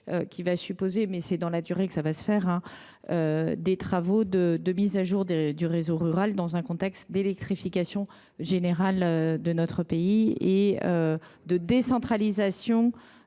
qui va supposer, dans la durée, des travaux de mise à jour du réseau rural, dans un contexte d’électrification générale de notre pays et de décentralisation